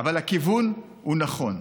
אבל הכיוון הוא נכון.